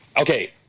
Okay